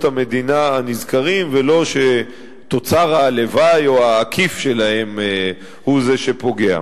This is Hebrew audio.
המדינה הנזכרים ולא שתוצר הלוואי או העקיף שלהן הוא זה שפוגע.